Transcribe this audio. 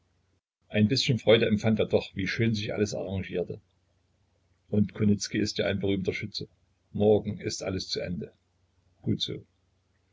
ein bißchen freude empfand er doch wie schön sich alles arrangierte und kunicki ist ja ein berühmter schütze morgen ist alles zu ende gut so